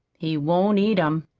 he won't eat em.